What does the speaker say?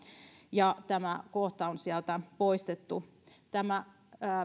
ja tämä kohta on sieltä poistettu tämä